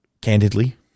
candidly